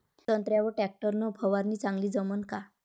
संत्र्यावर वर टॅक्टर न फवारनी चांगली जमन का?